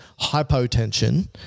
hypotension